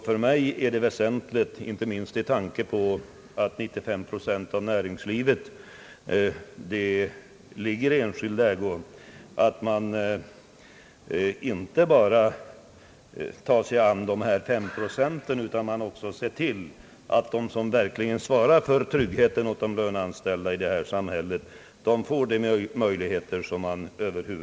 För mig är det väsentligt — inte minst med tanke på att 95 procent av näringslivet befinner sig i enskild ägo — att man inte bara tar sig an de resterande fem procenten utan också ser till att de, som verkligen svarar för tryggheten åt de löneanställda i detta samhälle, får de möjligheter de behöver.